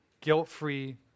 guilt-free